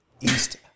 East